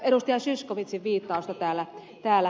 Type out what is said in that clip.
zyskowiczin viittausta täällä